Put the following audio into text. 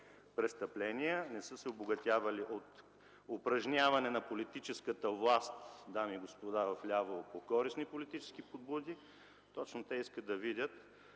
данъците, не са се обогатявали от упражняване на политическата власт, дами и господа вляво, по користни политически подбуди, точно те искат да видят